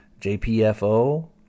JPFO